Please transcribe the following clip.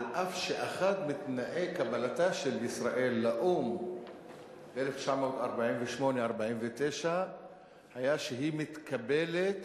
אף שאחד מתנאי קבלתה של ישראל לאו"ם ב-1948 1949 היה שהיא מתקבלת